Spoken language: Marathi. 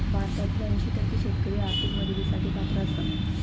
भारतातील ऐंशी टक्के शेतकरी आर्थिक मदतीसाठी पात्र आसत